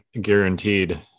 guaranteed